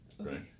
Right